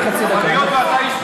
אבל היות שאתה איש טוב,